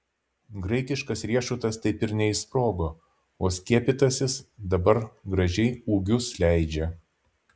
graikiškas riešutas taip ir neišsprogo o skiepytasis dabar gražiai ūgius leidžia